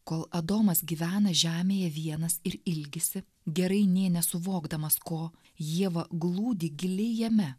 kol adomas gyvena žemėje vienas ir ilgisi gerai nė nesuvokdamas ko ieva glūdi giliai jame